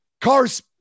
cars